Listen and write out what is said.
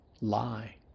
lie